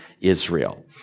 Israel